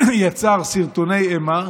יצר סרטוני אימה,